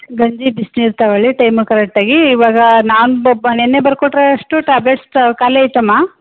ಗಂಜಿ ಬಿಸ್ನೀರು ತಗೊಳ್ಳಿ ಟೈಮಗೆ ಕರೆಕ್ಟಾಗಿ ಇವಾಗ ನಾನು ಬಪ್ ನಿನ್ನೆ ಬರ್ಕೊಟ್ರೋ ಅಷ್ಟೂ ಟ್ಯಾಬ್ಲೆಟ್ಸ್ ಖಾಲಿ ಆಯ್ತಾಮ್ಮ